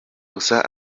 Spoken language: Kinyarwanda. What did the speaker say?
gusa